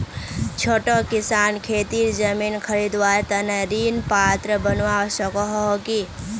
छोटो किसान खेतीर जमीन खरीदवार तने ऋण पात्र बनवा सको हो कि?